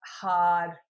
hard